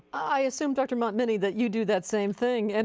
i assume dr. montminy that you do that same thing? and